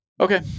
Okay